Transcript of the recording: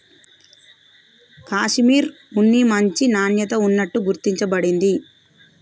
కాషిమిర్ ఉన్ని మంచి నాణ్యత ఉన్నట్టు గుర్తించ బడింది